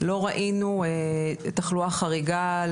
לא ראינו תחלואה חריגה,